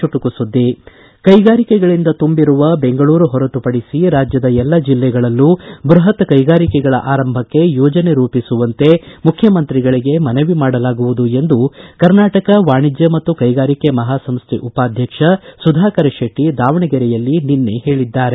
ಚುಟುಕು ಸುದ್ದಿ ಕೈಗಾರಿಕೆಗಳಿಂದ ತುಂಬಿರುವ ಬೆಂಗಳೂರು ಹೊರತುಪಡಿಸಿ ರಾಜ್ಯದ ಎಲ್ಲ ಜಿಲ್ಲೆಗಳಲ್ಲೂ ಬೃಹತ್ ಕೈಗಾರಿಕೆಗಳ ಆರಂಭಕ್ಕೆ ಯೋಜನೆ ರೂಪಿಸುವಂತೆ ಮುಖ್ಯಮಂತ್ರಿಗಳಿಗೆ ಮನವಿ ಮಾಡಲಾಗುವುದು ಎಂದು ಕರ್ನಾಟಕ ವಾಣಿಜ್ಯ ಮತ್ತು ಕೈಗಾರಿಕೆ ಮಹಾಸಂಸ್ಥೆ ಉಪಾಧ್ಯಕ್ಷ ಸುಧಾಕರ ಶೆಟ್ಟ ದಾವಣಗೆರೆಯಲ್ಲಿ ನಿನ್ನೆ ಹೇಳಿದ್ದಾರೆ